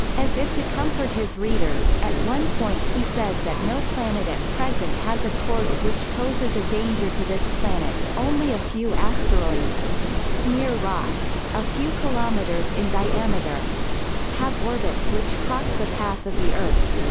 as if to comfort his readers, at one point he says that no planet at present has a course which poses a danger to this planet only a few asteroids mere rocks, a few kilometres in diameter have orbits which cross the path of the earth,